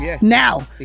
now